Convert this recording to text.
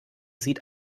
sieht